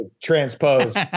transpose